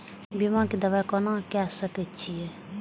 बीमा के दावा कोना के सके छिऐ?